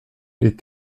les